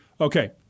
Okay